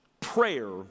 Prayer